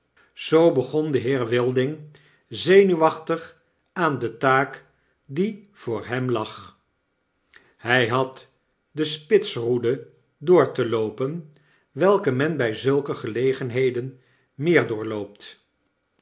zoo begon de heer wilding zenuwachtig aan de taak die voor hem lag hy had de spitsroede door te loopen welke men by zulke gelegenheden meer doorloopt